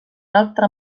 altre